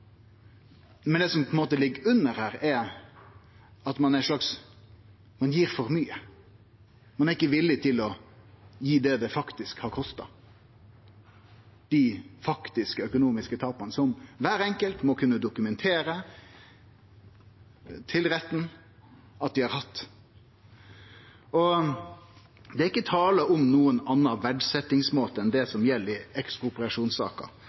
Det som på ein måte ligg under her, er at ein gir for mykje, ein er ikkje villig til å gi det det faktisk har kosta – dei faktiske økonomiske tapa som kvar enkelt må kunne dokumentere til retten at dei har hatt. Det er ikkje tale om nokon annan verdsetjingsmåte enn det som gjeld i